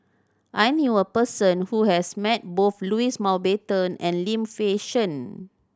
I knew a person who has met both Louis Mountbatten and Lim Fei Shen